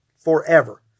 forever